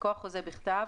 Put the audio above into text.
מכוח חוזה בכתב,